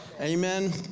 Amen